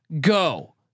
go